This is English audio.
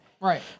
Right